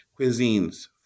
cuisines